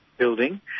building